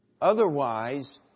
Otherwise